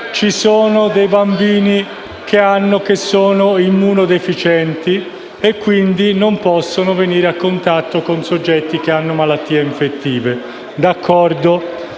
ci sono dei bambini che sono immunodeficienti e che quindi non possono venire a contatto con soggetti che hanno malattie infettive. D'accordo.